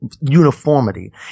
uniformity